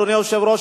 אדוני היושב-ראש,